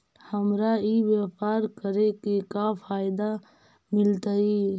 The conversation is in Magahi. हमरा ई व्यापार करके का फायदा मिलतइ?